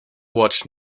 watch